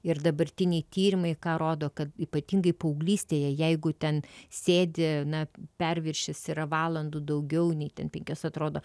ir dabartiniai tyrimai ką rodo kad ypatingai paauglystėje jeigu ten sėdi na perviršis yra valandų daugiau nei ten penkios atrodo